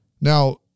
Now